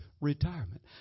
retirement